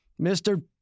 Mr